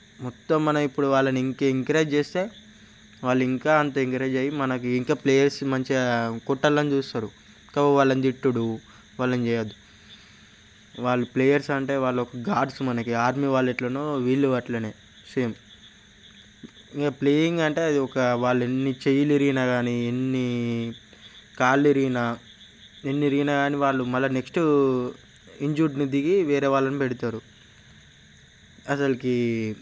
మొత్తం మనం ఇప్పుడు వాళ్ళని ఇంకా ఎంకరేజ్ చేస్తే వాళ్ళు ఇంకా అంత ఎంకరేజ్ మనకు ఇంకా ప్లేయర్స్ ఇంకా కొట్టాలని చూస్తారు కాబట్టి వాళ్ళని తిట్టడం వాళ్ళని చేయవద్దు వాళ్ళు ప్లేయర్స్ అంటే వాళ్ళొక గాడ్స్ మనకి ఆర్మీ వాళ్ళు ఎలాగో వీళ్ళు అలాగే సేమ్ ఇక ప్లేయింగ్ అంటే అది ఒక వాళ్ళు ఎన్ని చేతులు విరిగినా కానీ ఎన్ని కాళ్ళు విరిగినా ఎన్ని విరిగినా కాని మళ్ళీ వాళ్ళు నెక్స్ట్ ఇంజ్యూర్డ్ని దిగి వేరే వాళ్ళని పెడతారు అసలు